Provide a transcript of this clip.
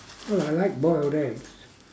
well I like boiled eggs